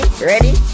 Ready